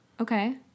Okay